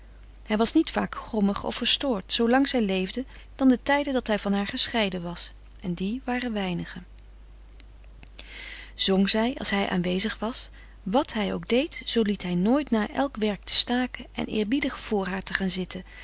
hij was niet vaak grommig of verstoord zoolang zij leefde dan de tijden frederik van eeden van de koele meren des doods dat hij van haar gescheiden was en die waren weinige zong zij als hij aanwezig was wàt hij ook deed zoo liet hij nooit na elk werk te staken en eerbiedig vr haar te gaan zitten